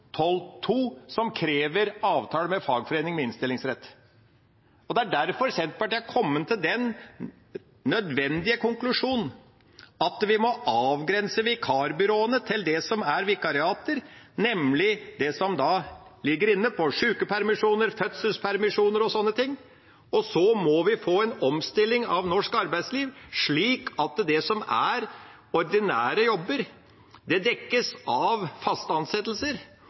som krever avtale med fagforening med innstillingsrett. Det er derfor Senterpartiet er kommet til den nødvendige konklusjon at vi må avgrense vikarbyråene til det som er vikariater, nemlig det som ligger inne av sykepermisjoner, fødselspermisjoner og den slags, og så må vi få en omstilling av norsk arbeidsliv, slik at det som er ordinære jobber, dekkes av faste ansettelser,